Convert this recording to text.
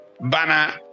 Banner